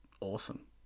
awesome